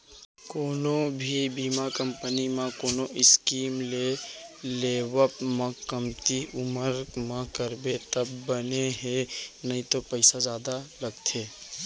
कोनो भी बीमा कंपनी म कोनो स्कीम के लेवब म कमती उमर म करबे तब बने हे नइते पइसा जादा लगथे